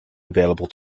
available